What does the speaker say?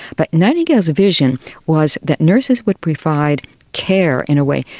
but nightingale's vision was that nurses would provide care in a way.